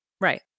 Right